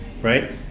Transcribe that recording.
Right